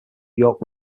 york